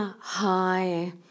hi